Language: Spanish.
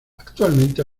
actualmente